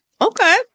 Okay